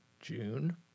June